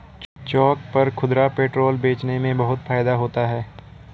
चौक पर खुदरा पेट्रोल बेचने में बहुत फायदा होता है